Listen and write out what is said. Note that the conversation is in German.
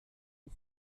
des